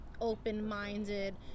open-minded